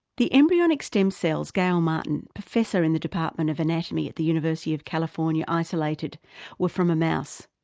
the embryonic stem cells gail martin, professor in the department of anatomy at the university of california, isolated were from a mouse.